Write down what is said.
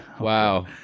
Wow